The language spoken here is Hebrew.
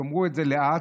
תאמרו את זה לאט,